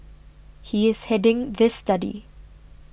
he is heading this study